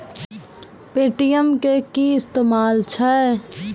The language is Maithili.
पे.टी.एम के कि इस्तेमाल छै?